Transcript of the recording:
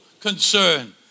concern